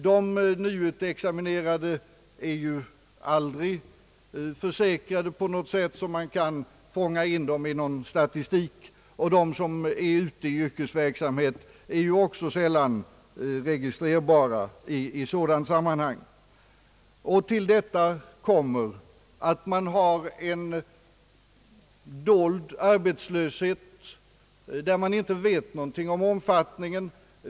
De nyutexaminerade är ju aldrig försäkrade, så att man kan fånga in dem i någon statistik, och de som är ute i yrkesverksamhet kan också sällan registreras i sådant sammanhang. Till detta kommer en dold arbetslöshet av okänd omfattning.